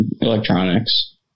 electronics